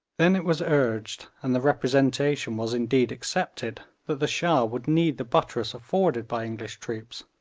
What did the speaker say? then it was urged, and the representation was indeed accepted, that the shah would need the buttress afforded by english troops,